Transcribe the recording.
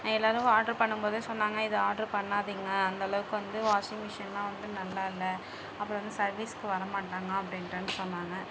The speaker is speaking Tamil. எல்லோரும் ஆர்டர் பண்ணும்போதே சொன்னாங்க இது ஆர்டர் பண்ணாதீங்க அந்தளவுக்கு வந்து வாஷிங் மிஷின்லாம் வந்து நல்லா இல்லை அப்புறம் வந்து சர்வீஸுக்கு வரமாட்டாங்க அப்படின்ட்டுனு சொன்னாங்க